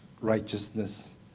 righteousness